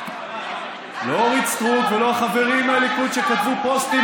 לא אורית סטרוק ולא החברים מהליכוד שכתבו פוסטים